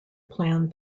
plan